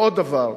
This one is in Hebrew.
ועוד דבר,